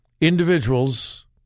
individuals